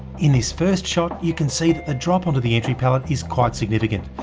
in this first shot you can see that the drop onto the entry pallet is quite significant,